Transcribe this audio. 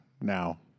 now